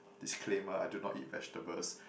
disclaimer I do not eat vegetables